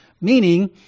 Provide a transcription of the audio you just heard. meaning